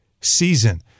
season